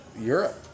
Europe